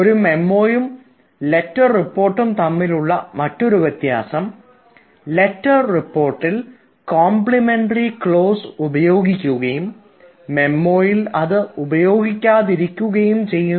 ഒരു മെമ്മോയും ലെറ്റർ റിപ്പോർട്ടും തമ്മിലുള്ള മറ്റൊരു വ്യത്യാസം ലെറ്റർ റിപ്പോർട്ടിൽ കോംപ്ലിമെന്ററി ക്ലോസ് ഉപയോഗിക്കുകയും മെമ്മോയിൽ അത് ഉപയോഗിക്കാതിരിക്കുകയും ചെയ്യുന്നു